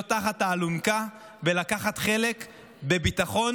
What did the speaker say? להיות תחת האלונקה ולקחת חלק בביטחון